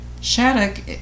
Shattuck